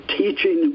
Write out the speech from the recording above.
teaching